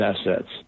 assets